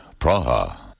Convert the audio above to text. Praha. (